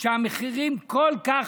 שהמחירים כל כך